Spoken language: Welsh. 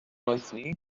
noethni